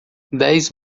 dez